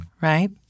Right